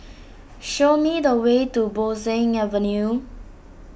show me the way to Bo Seng Avenue